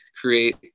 create